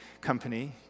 company